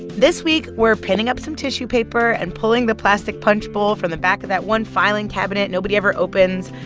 this week, we're pinning up some tissue paper and pulling the plastic punch bowl from the back of that one filing cabinet nobody ever opens.